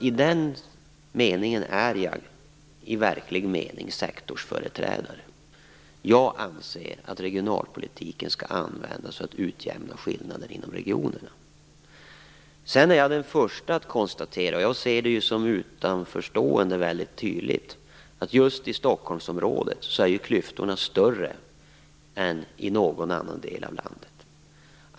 I den meningen är jag alltså i verklig mening sektorsföreträdare. Jag anser att regionalpolitiken skall användas för att utjämna skillnader mellan regionerna. Sedan är jag den förste att konstatera - det ser jag som utanförstående väldigt tydligt - att klyftorna i Stockholmsområdet är större än i någon annan del av landet.